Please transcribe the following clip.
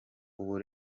ubu